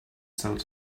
seller